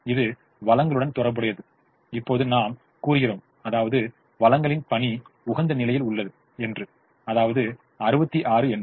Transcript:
இது வளங்களுடன் தொடர்புடையது இப்போது நாம் கூறுகிறோம் அதாவது வளங்களின் பணி உகந்த நிலையில் உள்ளது என்று அதாவது 66 என்று